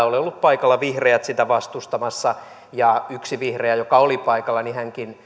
ole ollut paikalla vihreät sitä vastustamassa ja yksi vihreä joka oli paikalla